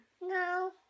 No